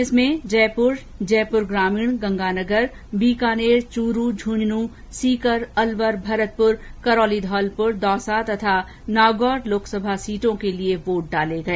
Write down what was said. इसमें जयपुर जयपुर ग्रामीण गंगानगर बीकानेर चूरू झुंझुंनू सीकर अलवर भरतपुर करौली धौलपुर दौसा तथा नागौर लोकसभा सीटों के लिए वोट डाले गए